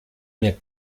mir